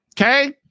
Okay